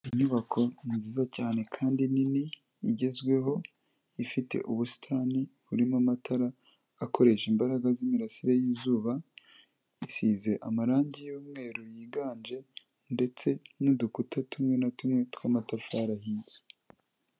Inyubako nziza cyane kandi nini igezweho ifite ubusitani burimo amatara akoresha imbaraga zi'mirasire yizuba isize amarangi yumweru yiganje ndetse n'udukuta tumwe na tumwe tw'amatafarihibye.